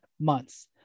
months